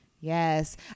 Yes